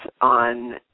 on